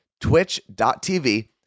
twitch.tv